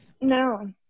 no